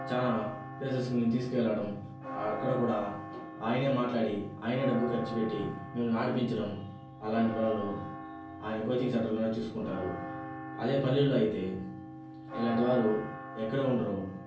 చాలా ప్లేసెస్కి నిన్ను తీసుకెళ్ళడం అక్కడ కూడా ఆయనే మాట్లాడి ఆయనే డబ్బు ఖర్చుపెట్టి మిమ్మల్ని ఆడిపించడం అలాంటివాళ్ళు ఆయా కోచింగ్ సెంటర్లా చూసుకుంటారు అదే పల్లెల్లో అయితే ఇలాంటి వారు ఎక్కడ ఉండరు